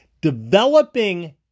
Developing